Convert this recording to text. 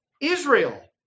Israel